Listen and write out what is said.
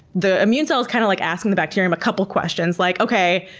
the immune cell is kind of like asking the bacterium a couple questions like, okay,